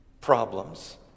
Problems